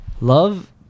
love